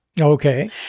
Okay